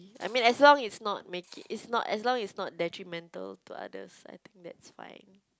I mean as long it's not making it's not as long it's not detrimental to others I think that's fine